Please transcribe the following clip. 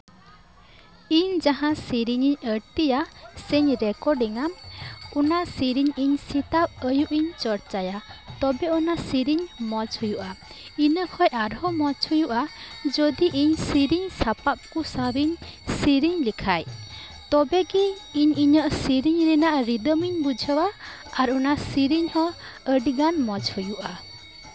ᱤᱧ ᱡᱟᱦᱟᱸ ᱥᱮᱹᱨᱮᱹᱧ ᱤᱧ ᱟᱹᱲᱛᱤᱭᱟ ᱥᱮᱧ ᱨᱮᱠᱳᱰᱤᱝᱼᱟ ᱚᱱᱟ ᱥᱮᱹᱨᱮᱹᱧ ᱤᱧ ᱥᱮᱛᱟᱜ ᱟᱭᱩᱵ ᱤᱧ ᱪᱚᱨᱪᱟᱭᱟ ᱛᱚᱵᱮ ᱚᱱᱟ ᱥᱮᱹᱨᱮᱹᱧ ᱢᱚᱸᱡᱽ ᱦᱩᱭᱩᱜᱼᱟ ᱤᱱᱟᱹ ᱠᱷᱚᱱ ᱟᱨᱦᱚᱸ ᱢᱚᱸᱡᱽ ᱦᱩᱭᱩᱜᱼᱟ ᱡᱩᱫᱤ ᱤᱧ ᱥᱮᱹᱨᱮᱹᱧ ᱥᱟᱯᱟᱯ ᱠᱚ ᱥᱟᱶ ᱤᱧ ᱥᱮᱹᱨᱮᱹᱧ ᱞᱮᱠᱷᱟᱱ ᱛᱚᱵᱮ ᱜᱮ ᱤᱧ ᱤᱧᱟᱹᱜ ᱥᱮᱹᱨᱮᱹᱧ ᱨᱮᱭᱟᱜ ᱨᱤᱫᱟᱹᱢ ᱤᱧ ᱵᱩᱡᱷᱟᱹᱣᱟ ᱟᱨ ᱚᱱᱟ ᱥᱮᱹᱨᱮᱹᱧ ᱦᱚᱸ ᱟᱹᱰᱤᱜᱟᱱ ᱢᱚᱸᱡᱽ ᱦᱩᱭᱩᱜᱼᱟ